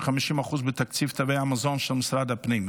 50% בתקציב תווי המזון של משרד הפנים,